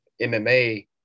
MMA